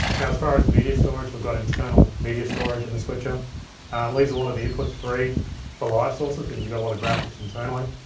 now as far as media storage, we've got internal media storage in the switcher. it leaves a lot of the inputs free for live sources, because you got a lot of graphics internally.